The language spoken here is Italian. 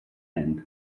end